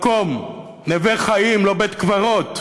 מקום, נווה חיים, לא בית-קברות,